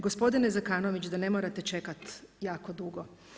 Gospodine Zekanović, da ne morate čekat jako dugo.